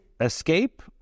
escape